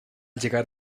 llegar